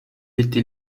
était